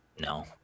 no